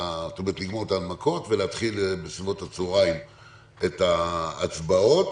לגמור את ההנמקות ולהתחיל בסביבות הצוהרים את ההצבעות,